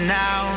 now